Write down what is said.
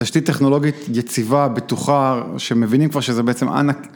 תשתית טכנולוגית יציבה, בטוחה, שמבינים כבר שזה בעצם ענק.